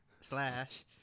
Slash